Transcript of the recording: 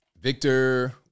Victor